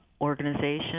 organization